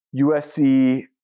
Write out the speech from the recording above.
USC